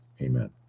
Amen